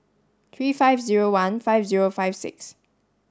three five zero one five zero five six